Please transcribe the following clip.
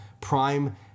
Prime